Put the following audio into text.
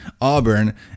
Auburn